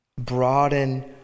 broaden